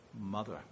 mother